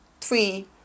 three